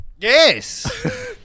Yes